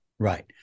Right